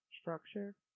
structure